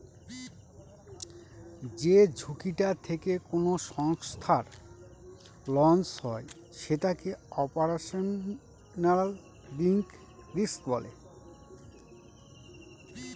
যে ঝুঁকিটা থেকে কোনো সংস্থার লস হয় সেটাকে অপারেশনাল রিস্ক বলে